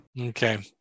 okay